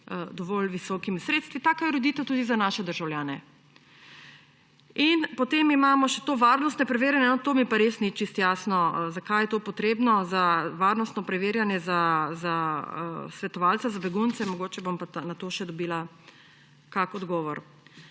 dovolj visokimi sredstvi. Taka je ureditev tudi za naše državljane. In potem imamo še to varnostno preverjanje. No, to mi pa res ni čisto jasno, zakaj je to potrebno, varnostno preverjanje za svetovalca za begunce, mogoče bom pa na to še dobila kak odgovor.